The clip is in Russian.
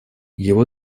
его